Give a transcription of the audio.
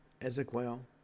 Ezekiel